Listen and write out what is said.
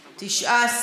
19,